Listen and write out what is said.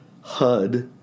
HUD